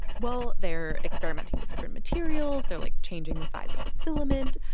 well, they're experimenting with different materials. they're, like, changing the size of the filament.